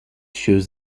shows